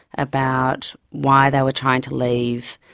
about why they were trying to leave.